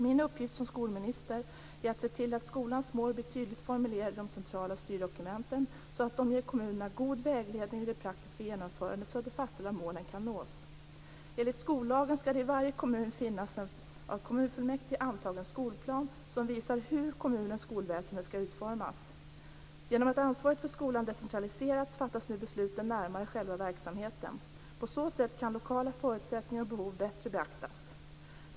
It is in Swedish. Min uppgift som skolminister är att se till att skolans mål blir tydligt formulerade i de centrala styrdokumenten, så att de ger kommunerna god vägledning vid det praktiska genomförandet så att de fastställda målen kan nås. Enligt skollagen skall det i varje kommun finnas en av kommunfullmäktige antagen skolplan som visar hur kommunens skolväsende skall utformas. Genom att ansvaret för skolan decentraliserats fattas nu besluten närmare själva verksamheten. På så sätt kan lokala förutsättningar och behov bättre beaktas.